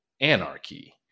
anarchy